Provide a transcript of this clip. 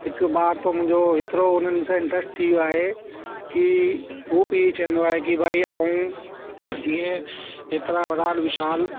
हिकु ॿार त मुंहिजो हेतिरो हुननि सां इंट्रस्ट थी वियो आहे की हू बि इअं चवंदो आहे की भाई आऊं जीअं एतिरा वॾा विशाल